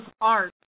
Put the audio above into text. art